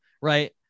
Right